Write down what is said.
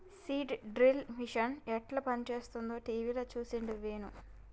seed drill machine యెట్ల పనిచేస్తదో టీవీల చూసిండు వేణు